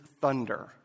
thunder